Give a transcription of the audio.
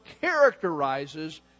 characterizes